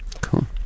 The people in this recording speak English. cool